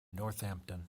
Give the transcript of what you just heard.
northampton